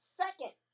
second